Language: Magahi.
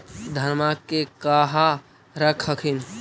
धनमा के कहा रख हखिन?